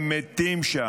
הם מתים שם.